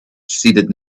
seated